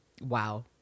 wow